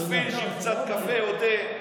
ספינג' עם קצת קפה או תה.